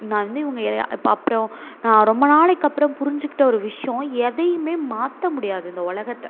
நான் இன்னும் இவங்க ஏன் இப்போ அப்புறம் நான் ரொம்ப நாளைக்கு அப்புறம் புரிஞ்சிக்கிட்ட ஒரு விஷயம் எதையுமே மாற்ற முடியாது இந்த உலகத்த